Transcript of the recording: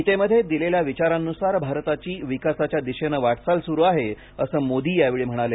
गीतेमध्ये दिलेल्या विचारांनुसार भारताची विकासाच्या दिशेनं वाटचाल सुरू आहे असं मोदी यावेळी म्हणाले